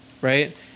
Right